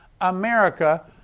America